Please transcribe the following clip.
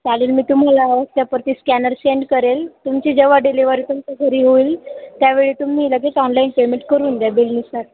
चालेल मी तुम्हाला वॉट्सॲपवरती स्कॅनर सेंड करेल तुमची जेव्हा डिलेवरी तुमच्या घरी होईल त्यावेळी तुम्ही लगेच ऑनलाईन पेमेंट करून द्या बिलनुसार